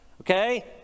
okay